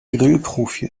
grillprofi